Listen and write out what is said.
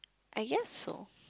I guess so